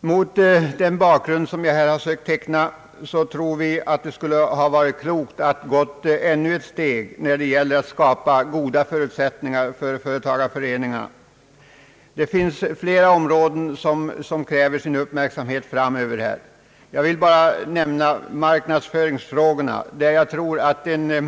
Mot den bakgrund som jag här sökt teckna tror vi att det skulle varit klokt att gå ännu ett steg när det gäller att skapa goda förutsättningar för företagareföreningarna. Det finns flera områden som kräver uppmärksamhet framöver. Jag vill bara nämna marknadsföringsfrågorna. Jag tror att en